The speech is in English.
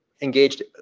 engaged